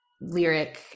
lyric